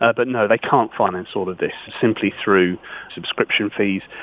ah but no, they can't finance sort of this simply through subscription fees.